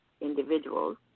individuals